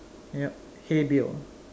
yup hey Bill